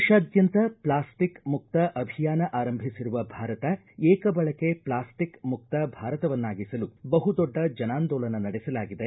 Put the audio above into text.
ದೇಶಾದ್ಯಂತ ಪ್ಲಾಸ್ಟಿಕ್ ಮುಕ್ತ ಅಭಿಯಾನ ಆರಂಭಿಸಿರುವ ಭಾರತ ಏಕ ಬಳಕೆ ಪ್ಲಾಸ್ಟಿಕ್ ಮುಕ್ತ ಭಾರತವನ್ನಾಗಿಸಲು ಬಹು ದೊಡ್ಡ ಜನಾಂದೋಲನ ನಡೆಸಲಾಗಿದೆ